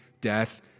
death